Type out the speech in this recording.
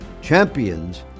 Champions